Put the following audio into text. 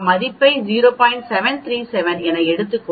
737 எனஎடுத்துக் கொண்டால்